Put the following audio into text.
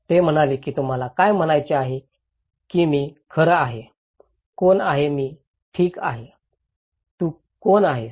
ते म्हणाले की तुम्हाला काय म्हणायचे आहे की मी खरं आहे कोण आहे मी ठीक आहे तू कोण आहेस